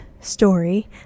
story